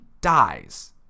dies